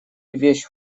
вещь